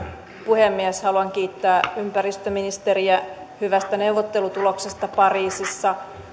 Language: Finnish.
puhemies haluan kiittää ympäristöministeriä hyvästä neuvottelutuloksesta pariisissa yhteen